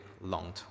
longed